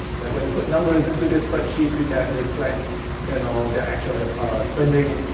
they're going to put numbers into the spreadsheet but that reflect you know their actual spending.